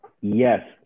Yes